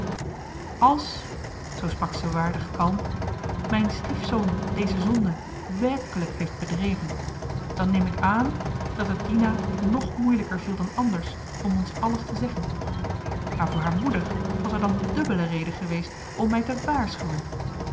als zoo sprak ze waardig kalm mijn stiefzoon deze zonde werkelijk heeft bedreven dan neem ik aan dat het dina nog moeilijker viel dan anders om ons alles te zeggen maar voor haar moeder was er johan de meester de zonde in het deftige dorp dan dubbele reden geweest om mij te waarschuwen